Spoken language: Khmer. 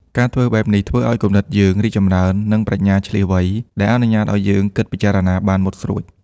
ការធ្វើបែបនេះធ្វើឱ្យ គំនិតយើងរីកចម្រើន និង ប្រាជ្ញាឈ្លាសវៃ ដែលអនុញ្ញាតឱ្យយើង គិតពិចារណាបានមុតស្រួច។